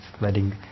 letting